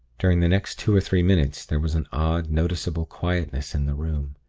during the next two or three minutes, there was an odd, noticeable quietness in the room,